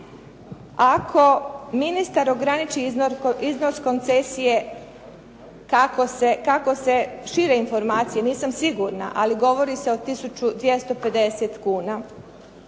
ako ministar ograniči iznos koncesije kako se šire informacije nisam sigurna, ali govori se o 1.250,00 kuna.